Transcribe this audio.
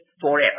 forever